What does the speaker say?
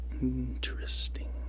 interesting